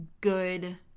good